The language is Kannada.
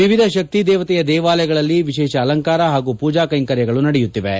ವಿವಿಧ ಶಕ್ತಿ ದೇವತೆಯ ದೇವಾಲಯಗಳಲ್ಲಿ ವಿಶೇಷ ಅಲಂಕಾರ ಹಾಗೂ ಪೂಜಾ ಕೈಂಕರ್ಯ ನಡೆಯುತ್ತಿವೆ